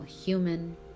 human